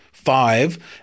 five